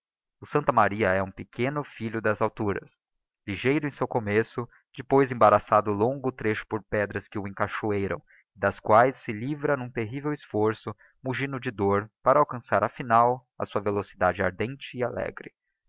o santa maria é um pequeno filho das alturas ligeiro em seu começo depois embaraçado longo trecho por pedras que o encachoeiram e das quaes se livra n'um terrível esforço mugindo de dôr para alcançar afinal a sua velocidade ardente e aleíre